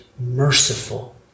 merciful